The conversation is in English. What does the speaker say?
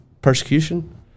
persecution